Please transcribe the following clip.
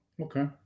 Okay